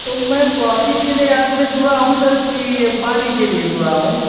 तो मैं प्रोपिट के लिए आपसे जुड़ा हूँ सर कि ये पानी के लिए जुड़ा हूँ